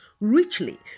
richly